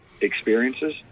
experiences